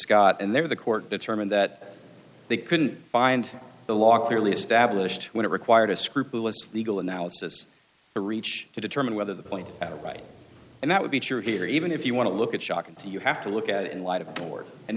scott and they were the court determined that they couldn't find the law clearly established when it required a scrupulous legal analysis to reach to determine whether the played out right and that would be sure here even if you want to look at shock and say you have to look at it in light of a board and